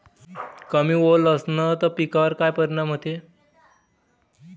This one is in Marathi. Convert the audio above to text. कमी ओल असनं त पिकावर काय परिनाम होते?